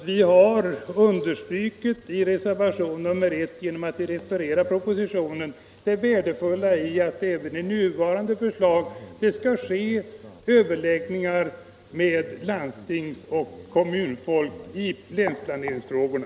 Vi har i reservationen 1 genom att referera propositionen understrukit det värdefulla i att det skall ske överläggningar med landstingsoch kommunfolk i länsberedningsfrågorna.